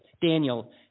Daniel